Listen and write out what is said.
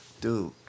dude